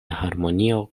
harmonio